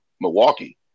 Milwaukee